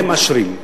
הם מאשרים.